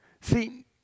See